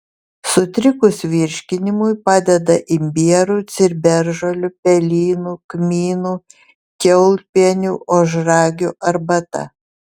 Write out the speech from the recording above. sutrikus virškinimui padeda imbierų ciberžolių pelynų kmynų kiaulpienių ožragių arbata